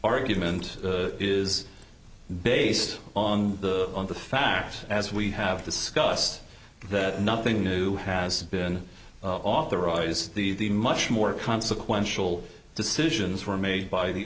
argument is based on the fact as we have discussed that nothing new has been authorized the much more consequential decisions were made by the